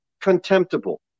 contemptible